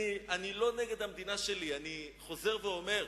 אני לא נגד המדינה שלי, אני חוזר ואומר.